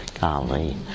Golly